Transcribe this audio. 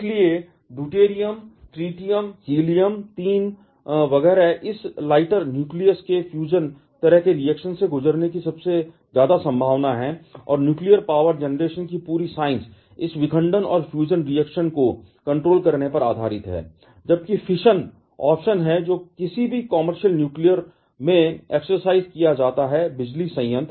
इसलिए deuterium tritium helium 3 वगैरह इस लाइटर न्यूक्लियस के फ्यूजन तरह के रिएक्शन से गुजरने की सबसे ज्यादा संभावना है और न्यूक्लियर पावर जेनरेशन की पूरी साइंस इस विखंडन और फ्यूजन रिएक्शन को कंट्रोल करने पर आधारित है जबकि फिशन ऑप्शन है जो किसी भी कमर्शियल न्यूक्लियर में एक्सरसाइज किया जाता है बिजली संयंत्र